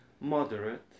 moderate